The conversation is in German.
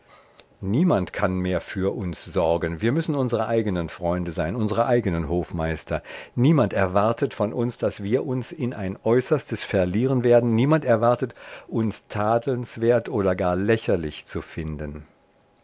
niemand kann mehr für uns sorgen wir müssen unsre eigenen freunde sein unsre eigenen hofmeister niemand erwartet von uns daß wir uns in ein äußerstes verlieren werden niemand erwartet uns tadelnswert oder gar lächerlich zu finden